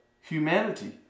humanity